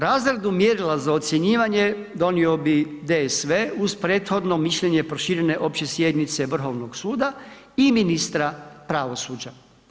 Razradu mjerila za ocjenjivanje donio bi DSV uz prethodno mišljenje proširene opće sjednice Vrhovnog suda i ministra pravosuđa.